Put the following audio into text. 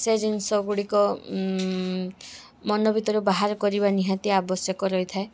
ସେ ଜିନିଷ ଗୁଡ଼ିକ ମନ ଭିତରୁ ବାହାର କରିବା ନିହାତି ଆବଶ୍ୟକ ରହିଥାଏ